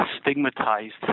stigmatized